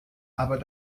aber